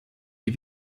die